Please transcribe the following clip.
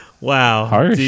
wow